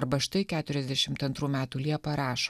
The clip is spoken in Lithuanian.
arba štai keturiasdešim antrų metų liepą rašo